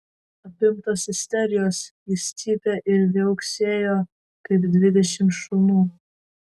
apimtas isterijos jis cypė ir viauksėjo kaip dvidešimt šunų